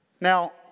Now